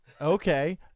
Okay